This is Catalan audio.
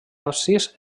absis